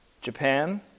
Japan